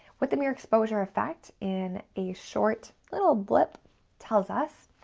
what the mirror exposure effect, in a short little blip tells us,